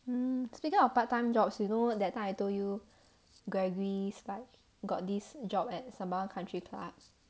mm speaking of part time jobs you know that time I told you gregory is like got this job at sembawang country club